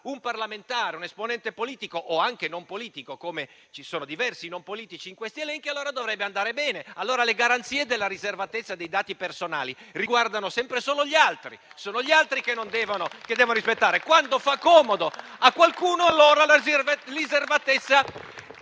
un parlamentare, un esponente politico o anche non politico (ci sono diversi non politici in questi elenchi), tutto ciò dovrebbe andare bene. Allora le garanzie della riservatezza dei dati personali riguardano sempre e solo gli altri; sono gli altri che devono rispettare tali garanzie. Quando invece fa